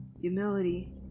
humility